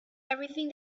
everything